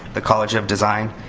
the college of design,